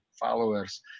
followers